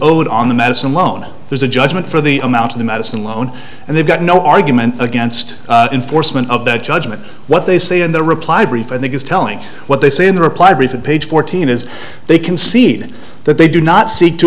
old on the medicine loan there's a judgment for the amount of the medicine alone and they've got no argument against enforcement of that judgment what they say in their reply brief i think is telling what they say in the reply brief in page fourteen is they concede that they do not seek t